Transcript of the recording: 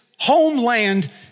homeland